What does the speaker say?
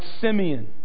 Simeon